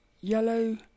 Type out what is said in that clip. yellow